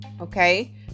okay